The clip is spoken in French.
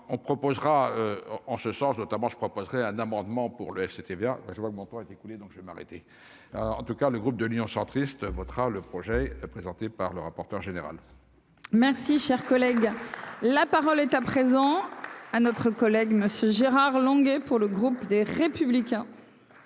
on proposera en ce sens, notamment je crois un amendement pour le FCTVA je vois le montant été écoulé, donc je vais m'arrêter, en tout cas, le groupe de l'Union centriste, votera le projet présenté par le rapporteur général. Merci, cher collègue, la parole est à présent à notre collègue Monsieur Gérard Longuet pour le groupe des Républicains.